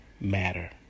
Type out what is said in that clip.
matter